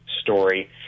story